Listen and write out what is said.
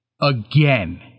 again